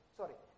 sorry